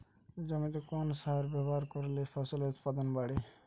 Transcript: জমিতে কোন সার ব্যবহার করলে ফসলের উৎপাদন বাড়ে?